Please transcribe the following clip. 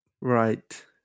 right